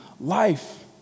life